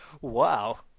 Wow